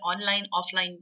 online-offline